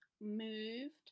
moved